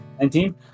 19